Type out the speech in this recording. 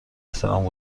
احترام